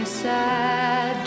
sad